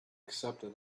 accepted